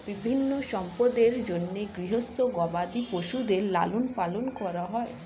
বিভিন্ন সম্পদের জন্যে গৃহস্থ গবাদি পশুদের লালন পালন করা হয়